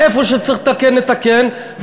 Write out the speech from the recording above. איפה שצריך לתקן נתקן,